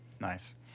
Nice